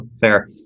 Fair